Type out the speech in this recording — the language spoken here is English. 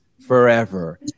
Forever